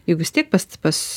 juk vis tiek pas pas